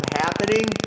happening